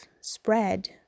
spread